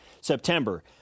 September